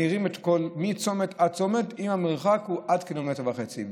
מאירים מצומת עד צומת אם המרחק הוא עד 1.5 ק"מ.